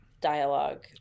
dialogue